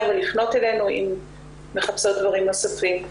ולפנות אלינו אם אתן מחפשות דברים נוספים.